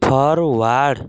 forward